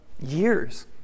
years